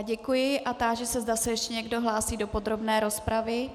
Děkuji a táži se, zda se ještě někdo hlásí do podrobné rozpravy.